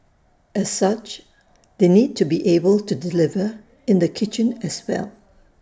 as such they need to be able to deliver in the kitchen as well